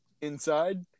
inside